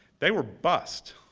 they were bust.